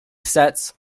sets